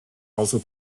also